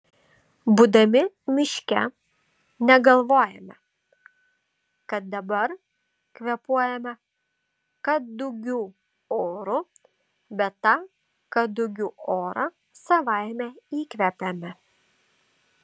būdami miške negalvojame kad dabar kvėpuojame kadugių oru bet tą kadugių orą savaime įkvepiame